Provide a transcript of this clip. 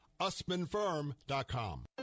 usmanfirm.com